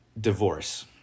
divorce